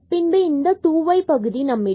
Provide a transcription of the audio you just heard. பின்பு இந்த 2y பகுதி நம்மிடம் உள்ளது